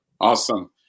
Awesome